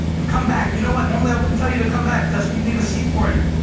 and come back. you know what? normally i wouldn't tell you to come back because we'd need a seat for you.